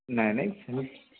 ନାହିଁ ନାହିଁ